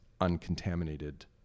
uncontaminated